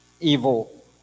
evil